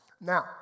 now